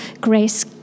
grace